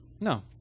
No